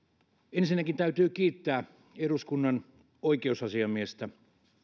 ensinnäkin täytyy kiittää eduskunnan oikeusasiamiestä